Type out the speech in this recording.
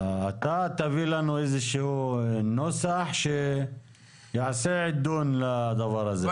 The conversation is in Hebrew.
אתה תביא לנו איזשהו נוסח שיעשה דין לדבר הזה.